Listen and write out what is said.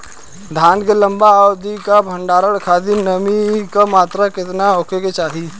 धान के लंबा अवधि क भंडारण खातिर नमी क मात्रा केतना होके के चाही?